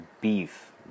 beef